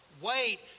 Wait